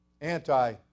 anti